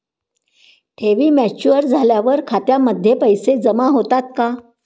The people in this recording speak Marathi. ठेवी मॅच्युअर झाल्यावर खात्यामध्ये पैसे जमा होतात का?